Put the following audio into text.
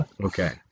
Okay